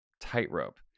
tightrope